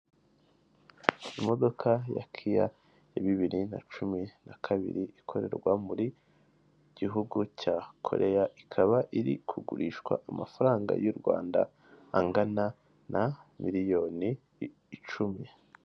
Imodoka ya kiya, ya bibiri na cumi na kabiri, ikorerwa mu gihugu cya Koreya, ikaba iri kugurishwa amafaranga y'u Rwanda angana na miliyoni icumi.